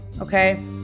Okay